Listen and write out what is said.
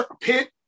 pit